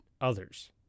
others